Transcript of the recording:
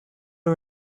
are